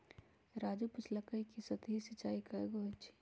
राजू पूछलकई कि सतही सिंचाई कैगो होई छई